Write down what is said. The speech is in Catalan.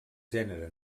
gènere